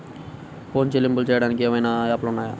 Phone చెల్లింపులు చెయ్యటానికి ఏవైనా యాప్లు ఉన్నాయా?